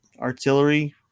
artillery